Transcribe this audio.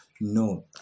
No